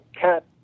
cat